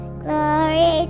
glory